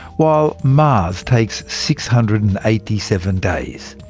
while mars takes six hundred and eighty seven days.